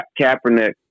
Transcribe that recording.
Kaepernick